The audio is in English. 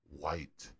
white